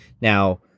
Now